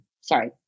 sorry